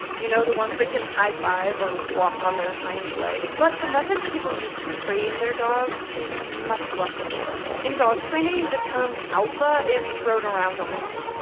you know, the ones that can high five or walk on their hind legs. but the methods people use to train their dogs can be much less adorable. in dog training, the term alpha is thrown around a lot,